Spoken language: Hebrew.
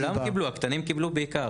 כולם קיבלו, הקטנים בעיקר.